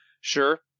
sure